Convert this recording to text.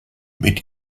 mit